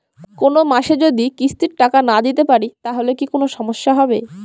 কোনমাসে যদি কিস্তির টাকা না দিতে পারি তাহলে কি কোন সমস্যা হবে?